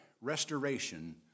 restoration